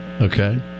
Okay